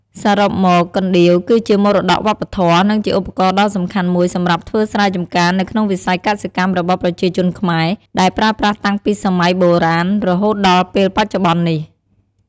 សរុបមក កណ្ដៀវ គឺជាមរតកវប្បធម៌ និងជាឧបករណ៍ដ៏សំខាន់មួយសម្រាប់ធ្វើស្រែចំការនៅក្នុងវិស័យកសិកម្មរបស់ប្រជាជនខ្មែរ ដែលប្រើប្រាស់តាំងពីសម័យបុរាណរហូតដល់ពេលបច្ចុប្បន្ននេះ។